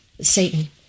Satan